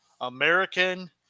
American